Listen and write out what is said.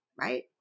Right